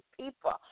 people